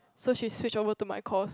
so she switched over to my course